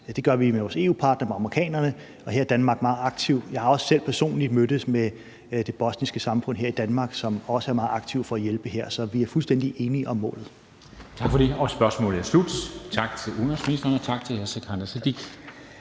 Det gør vi med vores EU-partnere, med amerikanerne og her i Danmark meget aktivt, og jeg har også selv personligt mødtes med det bosniske samfund her i Danmark, som også er meget aktivt for at hjælpe her. Så vi er fuldstændig enige om målet. Kl. 13:09 Formanden (Henrik Dam Kristensen): Tak for det. Spørgsmålet er slut. Tak til udenrigsministeren, og tak til hr. Sikandar Siddique.